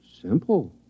Simple